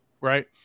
right